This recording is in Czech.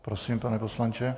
Prosím, pane poslanče.